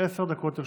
עשר דקות לרשותך.